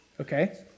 okay